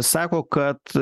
sako kad